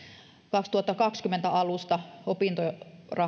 kaksituhattakaksikymmentä alusta opintorahan